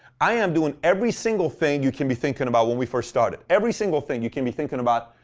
i am doing every single thing you can be thinking about when we first started. every single thing you can be thinking about,